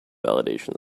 validation